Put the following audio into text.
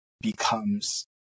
becomes